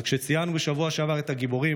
אז כשציינו בשבוע שעבר את הגיבורים,